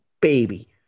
baby